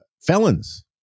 felons